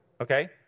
okay